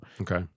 Okay